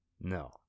No